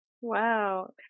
Wow